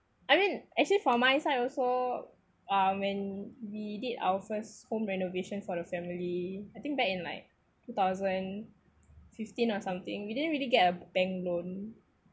I mean actually for my side also uh when we did our first home renovation for the family I think back in like two thousand fifteen or something we didn't really get a bank loan